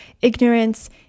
ignorance